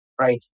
right